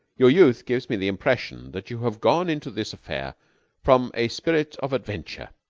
your youth gives me the impression that you have gone into this affair from a spirit of adventure.